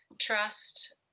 trust